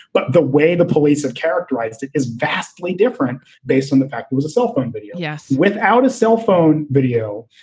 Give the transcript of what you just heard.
but the way the police have characterized it is vastly different. based on the fact it was a cell phone video. yes. without a cell phone video.